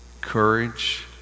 courage